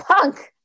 punk